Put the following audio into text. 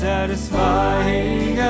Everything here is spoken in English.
Satisfying